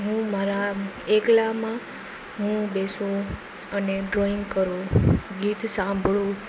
હું મારા એકલામાં હું બેસું અને ડ્રોઇંગ કરું ગીત સાંભળું